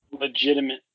legitimate